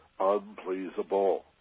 unpleasable